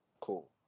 Cool